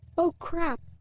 oh crap!